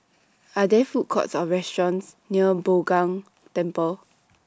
Are There Food Courts Or restaurants near Bao Gong Temple